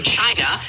china